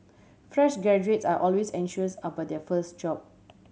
fresh graduates are always anxious about their first job